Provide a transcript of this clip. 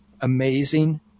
amazing